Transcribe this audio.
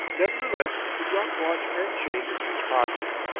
nevertheless he dropped watch and chain into his pocket,